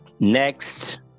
next